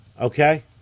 Okay